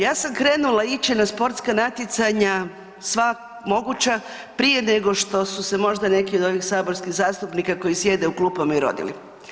Ja sam krenula ići na sportska natjecanja sva moguća prije nego što su se možda neki od ovih saborskih zastupnika koji sjede u klupama i rodili.